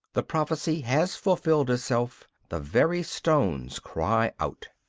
the prophecy has fulfilled itself the very stones cry out.